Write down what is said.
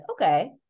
okay